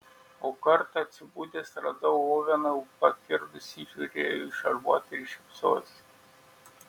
o kartą atsibudęs radau oveną jau pakirdusį jis žiūrėjo į šarvuotį ir šypsojosi